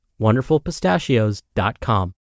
Wonderfulpistachios.com